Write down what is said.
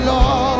Lord